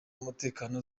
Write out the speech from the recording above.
umutekano